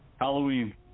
Halloween